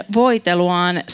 voiteluaan